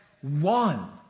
one